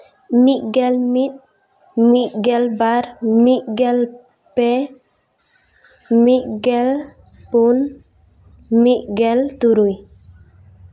ᱢᱤᱫᱜᱮᱞ ᱢᱤᱫ ᱢᱤᱫᱜᱮᱞ ᱵᱟᱨ ᱢᱤᱫᱜᱮᱞ ᱯᱮ ᱢᱤᱫᱜᱮᱞ ᱯᱩᱱ ᱢᱤᱫᱜᱮᱞ ᱛᱩᱨᱩᱭ